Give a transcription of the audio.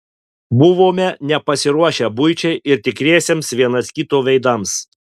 buvome nepasiruošę buičiai ir tikriesiems vienas kito veidams